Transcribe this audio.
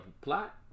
plot